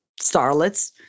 starlets